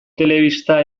telebista